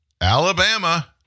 Alabama